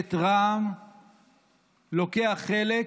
מפלגת רע"מ לוקח חלק בפעילות,